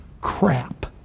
crap